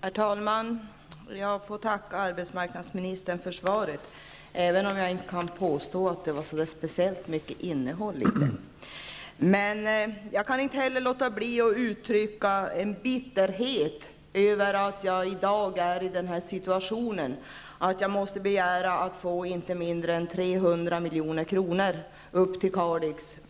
Herr talman! Jag får tacka arbetsmarknadsministern för svaret, även om jag inte kan påstå att det var speciellt mycket innehåll i det. Men jag kan inte låta bli att uttrycka en bitterhet över att jag i dag är i den situationen att jag måste begära att Kalix skall få inte mindre än 300 milj.kr.